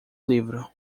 livro